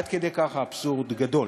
עד כדי כך האבסורד גדול.